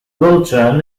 wilton